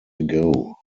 ago